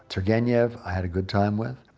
turgenev, i had a good time with.